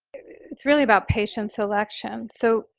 it's really about patient selection. so,